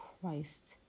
Christ